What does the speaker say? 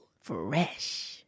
Fresh